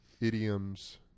idioms